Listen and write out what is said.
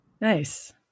Nice